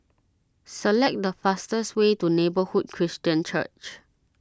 select the fastest way to Neighbourhood Christian Church